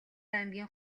аймгийн